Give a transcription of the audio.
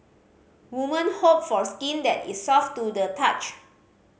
woman hope for skin that is soft to the touch